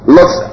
Lot's